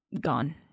Gone